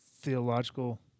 theological